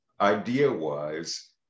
idea-wise